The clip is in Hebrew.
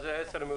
אז 10 מיותר.